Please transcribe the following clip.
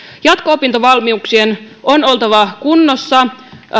jatko opintovalmiuksien on oltava kunnossa